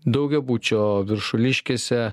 daugiabučio viršuliškėse